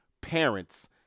parents